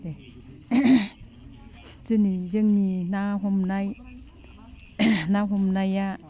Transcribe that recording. दिनै जोंनि ना हमनाय ना हमनाया